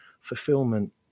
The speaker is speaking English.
fulfillment